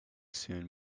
soon